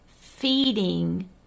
feeding